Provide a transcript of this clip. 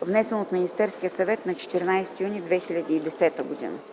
внесен от Министерския съвет на 14 юни 2010 г.”